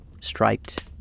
striped